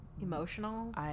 Emotional